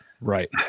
Right